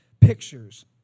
pictures